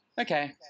okay